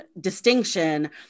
distinction